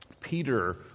Peter